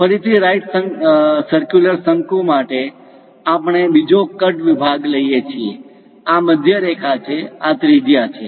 ફરીથી right circular શંકુ માટે આપણે બીજો કટ વિભાગ લઈએ છીએ આ મધ્યરેખા છે આ ત્રિજ્યા છે